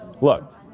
look